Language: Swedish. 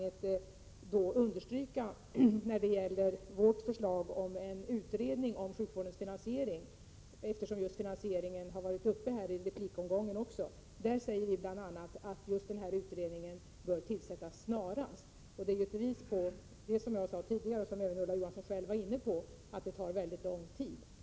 Låt mig beträffande vårt förslag om en utredning om sjukvårdens finansiering understryka, finansieringen har ju också varit uppe i replikomgången, att vi bl.a. framhållit att utredningen bör tillsättas snarast. Som jag själv sade, och det var också Ulla Johansson inne på, tar det mycket lång tid.